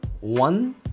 One